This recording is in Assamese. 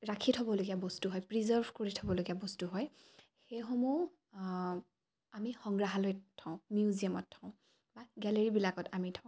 ৰাখি থ'বলগীয়া বস্তু হয় প্ৰিজাৰ্ভ কৰি থ'বলগীয়া বস্তু হয় সেইসমূহ আমি সংগ্ৰাহালয়ত থওঁ মিউজিয়ামত থওঁ বা গেলেৰীবিলাকত আমি থওঁ